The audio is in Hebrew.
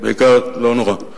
לא נורא,